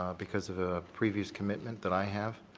because of the previous commitment that i have.